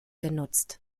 genutzt